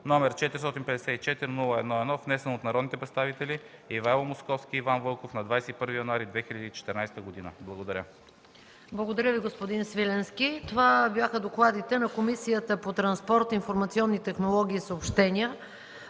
№ 454-01-1, внесен от народните представители Ивайло Московски и Иван Вълков на 21 януари 2014 г.” Благодаря. ПРЕДСЕДАТЕЛ МАЯ МАНОЛОВА: Благодаря Ви, господин Свиленски. Това бяха докладите на Комисията по транспорт, информационни технологии и съобщения